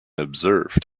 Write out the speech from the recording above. observed